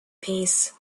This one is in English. peace